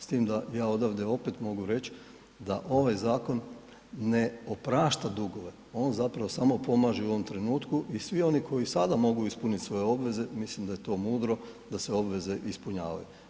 S time da, ja odavde opet mogu reći da ovaj zakon ne oprašta dugove, on zapravo samo pomaže u ovom trenutku i svi oni koji sada mogu ispuniti svoje obveze, mislim da je to mudro da se obveze ispunjavaju.